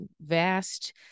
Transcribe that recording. vast